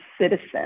citizen